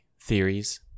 theories